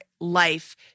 life